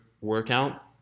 workout